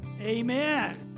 Amen